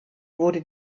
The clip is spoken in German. wurde